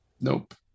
Nope